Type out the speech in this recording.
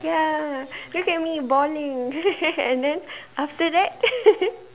ya look at me balling and then after that